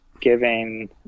giving